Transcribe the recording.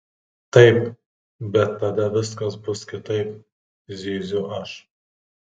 taip bet tada viskas bus kitaip zyziu aš